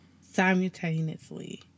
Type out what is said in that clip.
simultaneously